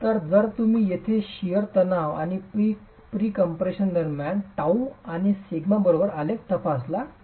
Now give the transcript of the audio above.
तर जर तुम्ही येथे हा शिअर तणाव आणि प्रीकम्पप्रेशन दरम्यान τ आणि σ बरोबर आलेख तपासला तर